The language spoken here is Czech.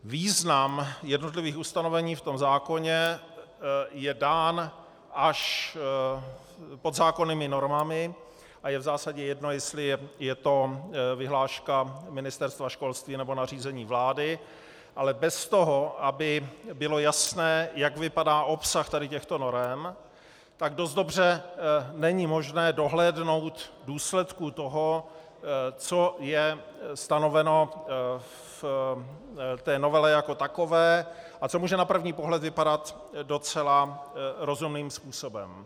Význam jednotlivých ustanovení v zákoně je dán až podzákonnými normami a je v zásadě jedno, jestli je to vyhláška Ministerstva školství, nebo nařízení vlády, ale bez toho aby bylo jasné, jak vypadá obsah tady těchto norem, není dost dobře možné dohlédnout důsledků toho, co je stanoveno v novele jako takové a co může na první pohled vypadat docela rozumným způsobem.